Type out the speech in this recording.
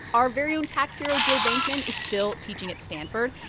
our very own tax hero, joe bankman, is still teaching at stanford.